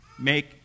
make